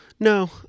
No